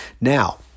now